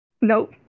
Nope